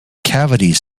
cavities